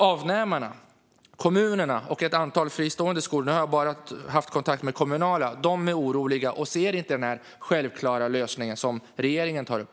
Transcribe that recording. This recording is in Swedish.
Avnämarna, alltså kommunerna och ett antal fristående skolor - jag har bara haft kontakt med kommunala skolor - är oroliga och ser inte den självklara lösningen som regeringen tar upp.